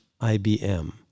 IBM